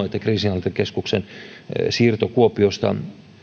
että kriisinhallintakeskuksen siirto kuopiosta